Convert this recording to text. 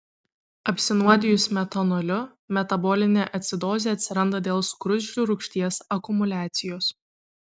apsinuodijus metanoliu metabolinė acidozė atsiranda dėl skruzdžių rūgšties akumuliacijos